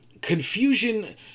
Confusion